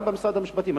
גם במשרד המשפטים,